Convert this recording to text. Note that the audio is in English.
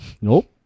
Nope